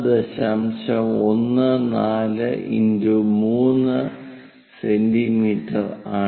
14 × 3 centimetre ആണ്